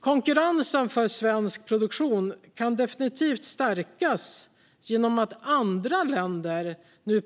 Konkurrensen för svensk produktion kan definitivt stärkas genom att andra länder